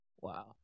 Wow